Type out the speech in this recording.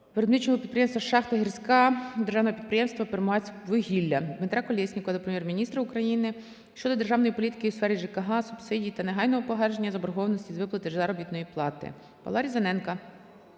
Виробничого підприємства "Шахта "Гірська" Державного підприємства "Первомайськвугілля". Дмитра Колєснікова до Прем'єр-міністра України щодо державної політики у сфері ЖКГ, субсидій та негайного погашення заборгованості із виплати заробітної плати.